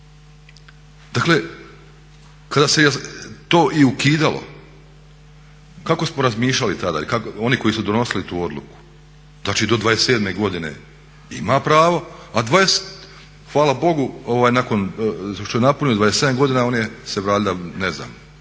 Dakle, kada se to i ukidalo kako smo razmišljali tada i oni koji su donosili tu odluku. Znači do 27 godine ima pravo, a 20, hvala bogu nakon što je napunio 27 godina on je valjda se ne znam